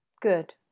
Good